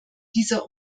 dieser